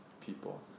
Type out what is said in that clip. people